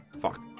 fuck